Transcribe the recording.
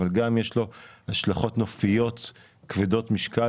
אבל יש לו גם השלכות נופיות כבדות משקל